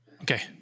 Okay